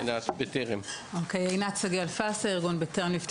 עינת, ארגון ׳בטרם׳.